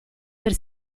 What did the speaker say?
per